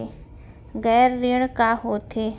गैर ऋण का होथे?